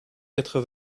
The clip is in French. quatre